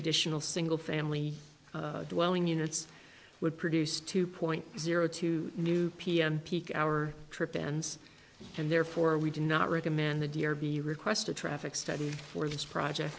additional single family dwelling units would produce two point zero two new pm peak hour trip ends and therefore we do not recommend the deer be request a traffic study for this project